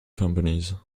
companies